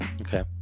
Okay